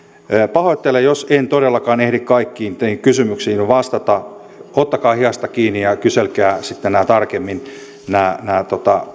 pahoittelen jos en todellakaan ehdi kaikkiin teidän kysymyksiinne vastata ottakaa hihasta kiinni ja ja kyselkää sitten tarkemmin nämä nämä